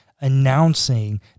announcing